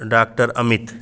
doctor Amit